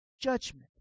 judgment